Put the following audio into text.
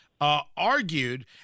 Argued